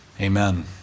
Amen